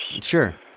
Sure